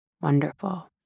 Wonderful